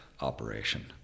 operation